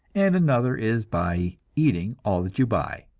and another is by eating all that you buy.